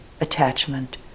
attachment